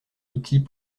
outils